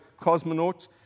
cosmonaut